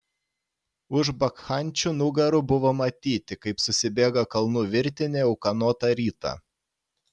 už bakchančių nugarų buvo matyti kaip susibėga kalnų virtinė ūkanotą rytą